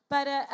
para